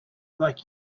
like